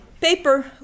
paper